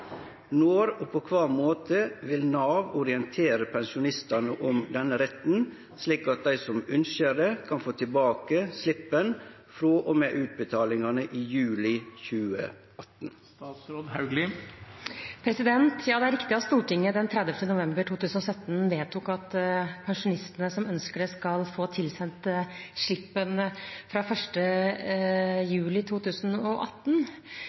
Når og på kva måte vil Nav orientere pensjonistane om denne retten, slik at dei som ynskjer det, kan få tilbake «slippen» frå og med utbetalingane i juli 2018?» Det er riktig at Stortinget den 30. november 2017 vedtok at pensjonister som ønsker det, skal få tilsendt slippen fra 1. juli 2018.